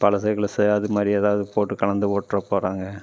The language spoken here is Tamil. பழசை கிழசை அதுமாதிரி ஏதாவது போட்டு கலந்து போட்டுறப் போகிறாங்க